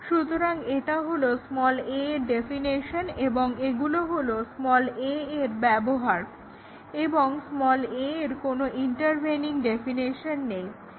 সুতরাং এটা হলো a এর ডেফিনেশন এবং এগুলো হলো a এর ব্যবহার এবং a এর কোনো ইন্টারভেনিং ডেফিনেশন নেই